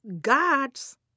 God's